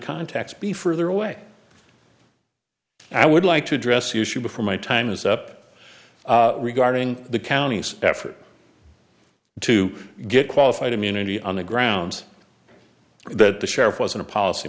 context be further away i would like to address the issue before my time is up regarding the county's effort to get qualified immunity on the grounds that the sheriff wasn't a policy